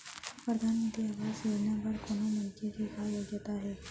परधानमंतरी आवास योजना बर कोनो मनखे के का योग्यता हे?